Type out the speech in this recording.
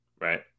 right